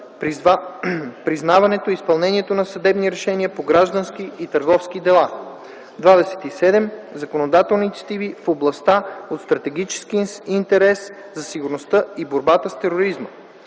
признаването и изпълнението на съдебни решения по граждански и търговски дела. 27. Законодателни инициативи в области от стратегически интерес за сигурността и борбата с тероризма.